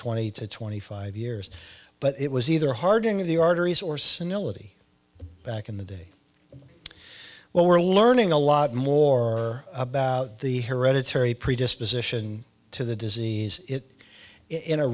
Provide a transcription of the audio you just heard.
twenty to twenty five years but it was either hardening of the arteries or senility back in the day well we're learning a lot more about the hereditary predisposition to the disease it in a